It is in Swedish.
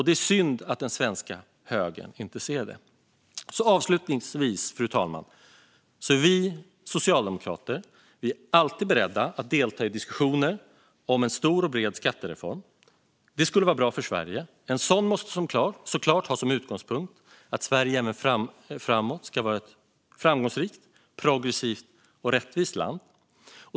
Det är synd att den svenska högern inte ser det. Avslutningsvis, fru talman, är vi socialdemokrater alltid beredda att delta i diskussioner om en stor och bred skattereform. Det skulle vara bra för Sverige. En sådan måste såklart ha som utgångspunkt att Sverige även framåt ska vara ett framgångsrikt, progressivt och rättvist land.